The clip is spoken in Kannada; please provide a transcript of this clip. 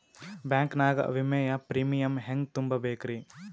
ಬ್ಯಾಂಕ್ ನಾಗ ವಿಮೆಯ ಪ್ರೀಮಿಯಂ ಹೆಂಗ್ ತುಂಬಾ ಬೇಕ್ರಿ?